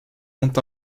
ont